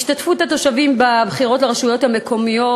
השתתפות התושבים בבחירות לרשויות המקומיות,